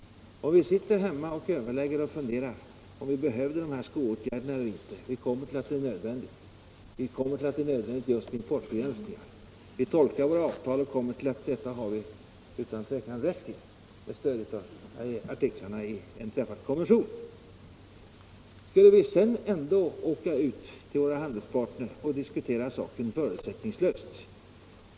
När vi sätter oss ned och funderar över om vi behöver dessa åtgärder beträffande skoimporten och finner att det är nödvändigt med importbegränsningar och när vi tolkar våra avtal och kommer fram till att vi utan tvivel har rätt att vidta sådana åtgärder, skall vi då i alla fall resa ut till våra handelspartner och diskutera förutsättningslöst?